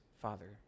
Father